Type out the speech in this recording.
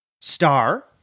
star